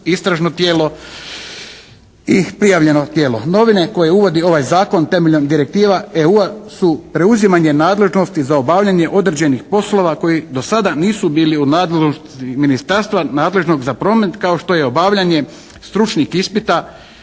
istražno tijelo i prijavljeno tijelo. Novine koje uvodi ovaj Zakon temeljem direktiva EU-a su preuzimanje nadležnosti za obavljanje određenih poslova koji do sada nisu bili u nadležnosti ministarstva nadležnog za promet kao što je obavljanje stručnih ispita,